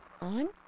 on